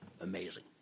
Amazing